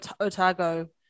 Otago